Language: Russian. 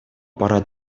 пора